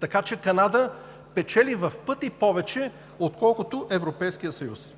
Така че Канада печели в пъти повече отколкото Европейският съюз.